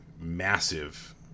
massive